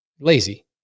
Lazy